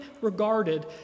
regarded